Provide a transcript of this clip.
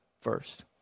first